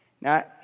Now